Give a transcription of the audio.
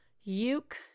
Uke